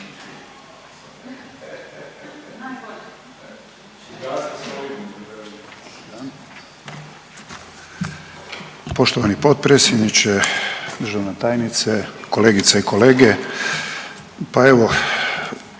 Poštovani potpredsjedniče, državna tajnice, kolegice i kolege. Pa evo